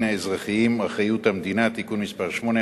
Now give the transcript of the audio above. האזרחיים (אחריות המדינה) (תיקון מס' 8),